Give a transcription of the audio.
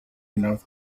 enough